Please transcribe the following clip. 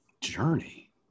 journey